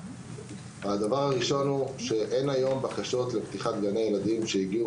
הדבר הראשון הוא שאין היום בקשות לפתיחת גנים שהוגשו